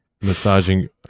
massaging